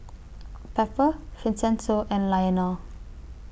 Pepper Vincenzo and Lionel